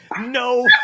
no